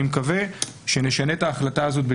אני מקווה שנשנה את ההחלטה הזאת בקרוב.